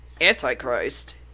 Antichrist